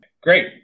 Great